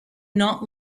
not